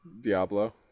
Diablo